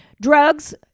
drugs